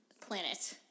planet